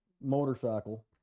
motorcycle